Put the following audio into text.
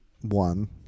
One